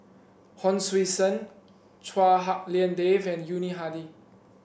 Hon Sui Sen Chua Hak Lien Dave and Yuni Hadi